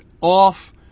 off